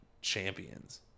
champions